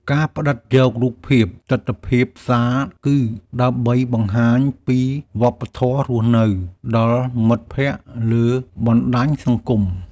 ការផ្ដិតយករូបភាពទិដ្ឋភាពផ្សារ គឺដើម្បីបង្ហាញពីវប្បធម៌រស់នៅដល់មិត្តភក្ដិលើបណ្ដាញសង្គម។